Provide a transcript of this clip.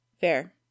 Fair